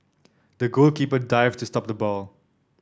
the goalkeeper dived to stop the ball